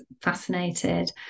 fascinated